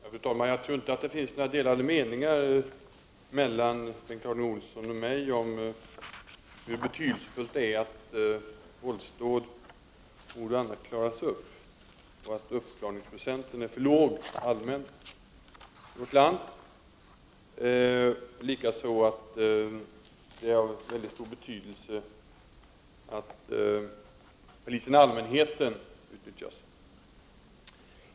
Fru talman! Jag tror inte att det finns några delade meningar mellan Bengt Harding Olson och mig om hur betydelsefullt det är att våldsdåd, mord och annat, klaras upp och att uppklarningsprocenten är för låg allmänt sett i vårt land. Likaså är vi överens om att det är av mycket stor betydelse att polisen Allmänheten utnyttjas.